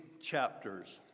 chapters